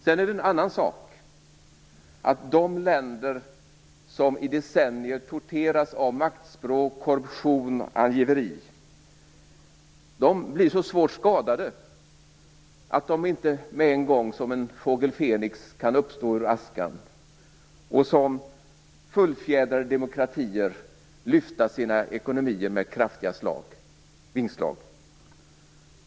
Sedan är det en annan sak att de länder som i decennier torterats av maktspråk, korruption och angiveri blir så svårt skadade att de inte med en gång som en fågel Fenix kan uppstå ur askan och som fullfjädrade demokratier lyfta sina ekonomier med kraftiga vingslag.